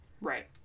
Right